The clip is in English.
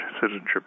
citizenship